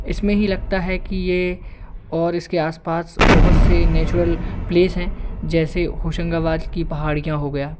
इसमें ही लगता है कि यह और इसके आस पास बहुत से नेचुरल प्लेस हैं जैसे होशंगाबाद की पहाड़ी के यहाँ हो गया